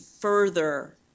further